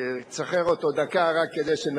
את זה וליצור אי-צדק בין מי שהפקיעו ממנו